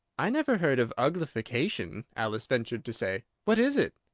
i never heard of uglification, alice ventured to say. what is it?